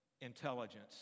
intelligence